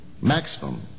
maximum